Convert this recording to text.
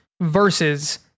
versus